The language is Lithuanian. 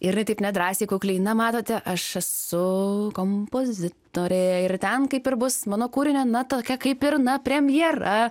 ir jinai taip nedrąsiai kukliai na matote aš esu kompozitorė ir ten kaip ir bus mano kūrinio na tokia kaip ir na premjera